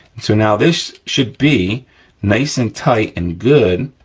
so now, this should be nice and tight and good,